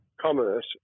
commerce